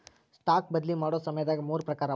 stock ಬದ್ಲಿ ಮಾಡೊ ಸಮಯದಾಗ ಮೂರ್ ಪ್ರಕಾರವ